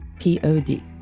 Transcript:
P-O-D